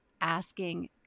asking